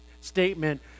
statement